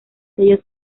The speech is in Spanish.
sellos